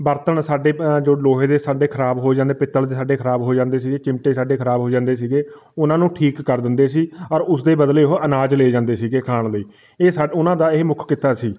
ਬਰਤਨ ਸਾਡੇ ਜੋ ਲੋਹੇ ਦੇ ਸਾਡੇ ਖਰਾਬ ਹੋ ਜਾਂਦੇ ਪਿੱਤਲ ਦੇ ਸਾਡੇ ਖਰਾਬ ਹੋ ਜਾਂਦੇ ਸੀ ਚਿਮਟੇ ਸਾਡੇ ਖਰਾਬ ਹੋ ਜਾਂਦੇ ਸੀਗੇ ਉਹਨਾਂ ਨੂੰ ਠੀਕ ਕਰ ਦਿੰਦੇ ਸੀ ਔਰ ਉਸਦੇ ਬਦਲੇ ਉਹ ਅਨਾਜ ਲੈ ਜਾਂਦੇ ਸੀਗੇ ਖਾਣ ਲਈ ਇਹ ਸਾ ਉਹਨਾਂ ਦਾ ਇਹ ਮੁੱਖ ਕਿੱਤਾ ਸੀ